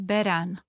Beran